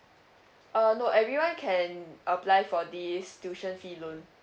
err no everyone can apply for this tuition fee loan